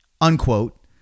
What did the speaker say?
unquote